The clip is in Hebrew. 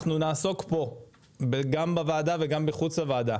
אנחנו נעסוק פה גם בוועדה וגם מחוץ לוועדה